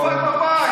בתקופת מפא"י,